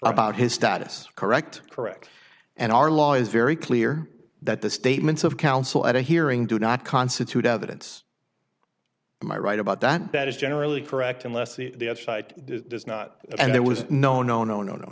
about his status correct correct and our law is very clear that the statements of counsel at a hearing do not constitute evidence in my right about that that is generally correct unless the site does not and there was no no no no no